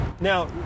Now